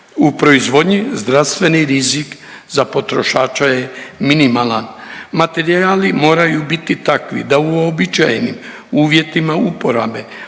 u proizvodnji zdravstveni rizik za potrošača je minimalan. Materijali moraju biti takvi da uobičajenim uvjetima uporabe